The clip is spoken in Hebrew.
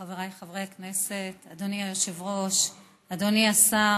חבריי חברי הכנסת, אדוני היושב-ראש, אדוני השר,